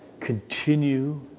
continue